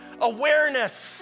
awareness